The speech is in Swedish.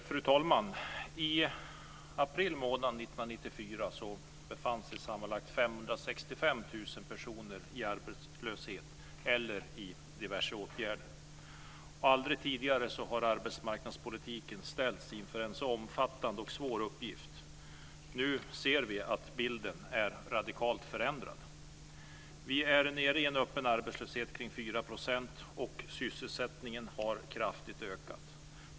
Fru talman! I april månad 1994 befann sig sammanlagt 565 000 personer i arbetslöshet eller i diverse åtgärder. Aldrig tidigare har arbetsmarknadspolitiken ställts inför en så omfattande och svår uppgift. Nu ser vi att bilden är radikalt förändrad. Vi är nere i en öppen arbetslöshet kring 4 %, och sysselsättningen har ökat kraftigt.